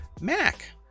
mac